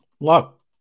Look